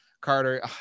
carter